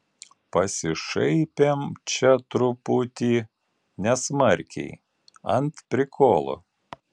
pasišaipėm čia truputį nesmarkiai ant prikolo